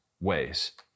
ways